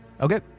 Okay